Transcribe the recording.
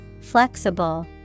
Flexible